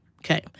Okay